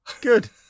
good